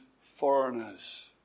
foreigners